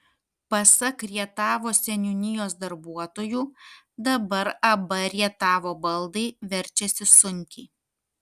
pasak rietavo seniūnijos darbuotojų dabar ab rietavo baldai verčiasi sunkiai